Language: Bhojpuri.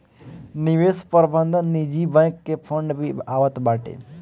निवेश प्रबंधन निजी बैंक के फंड भी आवत बाटे